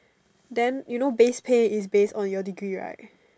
then you know base pay is base on your degree right